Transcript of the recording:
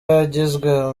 yagizwe